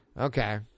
Okay